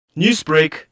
Newsbreak